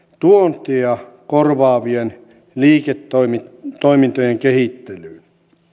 tuontia korvaavien liiketoimintojen kehittelyyn